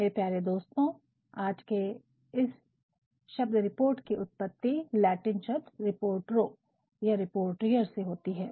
मेरे प्यारे दोस्तों आज के इस शब्द रिपोर्ट की उत्पत्ति लैटिन शब्द " रिपोर्टो या रिपोटिएर" से होती है